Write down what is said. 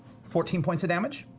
fourteen points of damage.